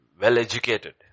well-educated